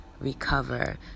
recover